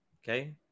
Okay